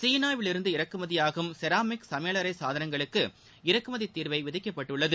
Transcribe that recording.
சீனாவிலிருந்து இறக்குமதியாகும் செராமிக் சனமயல் அறை சாதனங்களுக்கு இறக்குமதி தீர்வை விதிக்கப்பட்டுள்ளது